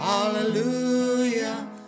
Hallelujah